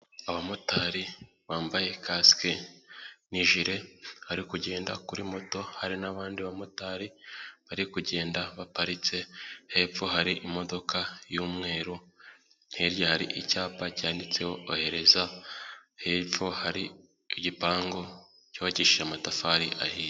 Abamotari bambaye kasike n'ijire bari kugenda kuri moto hari n'abandi bamotari bari kugenda baparitse hepfo hari imodoka y'umweru hiryari icyapa cyanditseho kohereza hepfo hari igipangu cyubakishije amatafari ahinga.